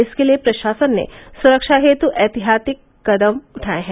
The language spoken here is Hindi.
इसके लिए प्रशासन ने सुरक्षा हेतु एहतियाती कदम उठाए हैं